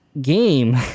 game